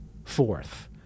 fourth